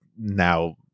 now